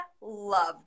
love